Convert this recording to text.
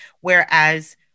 whereas